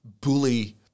bully